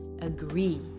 Agree